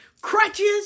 crutches